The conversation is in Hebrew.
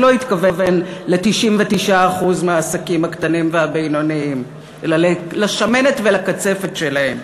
הוא לא התכוון ל-99% מהעסקים הקטנים והבינוניים אלא לשמנת ולקצפת שלהם,